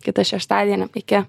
kitą šeštadienį iki